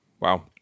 Wow